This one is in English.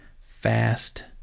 Fast